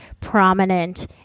prominent